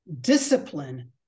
discipline